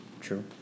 True